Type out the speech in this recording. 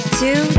two